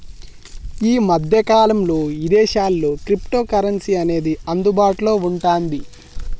యీ మద్దె కాలంలో ఇదేశాల్లో క్రిప్టోకరెన్సీ అనేది అందుబాటులో వుంటాంది